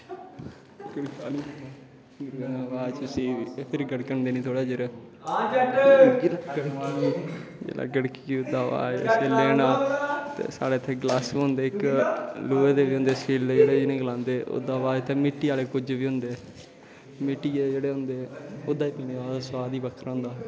गड़कानैं दै बाद च उसी फ्ही गड़कन देनी बाद च जिसलै गड़की गोई ओह्दै सा बाद च साढ़ै इत्थें गलासू होंदे इक लोहे ते बी होंदा सटील दी जि नें गी गलांदे ओह्दै शा बाद इत्तें मिट्टी आह्ले कुज्जे बी होंदे मिट्टिये दे जेह्ड़े होंदा ओह्दै च पीनें दा सोआद ई बक्खरा होंदा